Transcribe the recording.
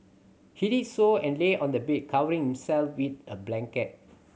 he did so and lay on the bed covering himself with a blanket